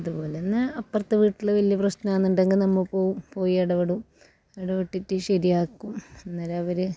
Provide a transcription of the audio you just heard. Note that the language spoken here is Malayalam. അതുപോലെതന്നെ അപ്പുറത്തെ വീട്ടിൽ വലിയ പ്രശ്നമുണ്ടെങ്കിൽ നമ്മ പോകും പോയി ഇടപെടും ഇടപെട്ടിട്ട് ശരിയാക്കും അന്നേരം അവർ